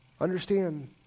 Understand